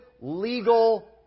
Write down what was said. legal